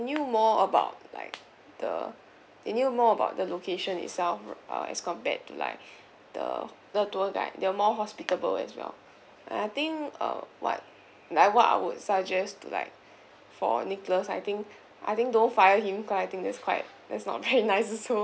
knew more about like the they knew more about the location itself err as compared to like the the tour guide they're more hospitable as well and I think uh what like what I would suggest to like for nicholas I think I think don't fire him cause I think that's quite that's not very nice also